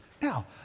Now